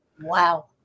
Wow